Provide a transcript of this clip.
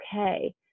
Okay